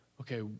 okay